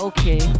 Okay